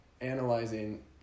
analyzing